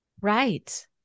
right